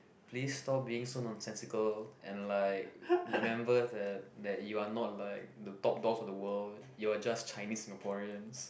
please stop being so nonsensical and like remember that that you're not like the top doors of the world you're just Chinese Singaporeans